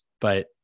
But-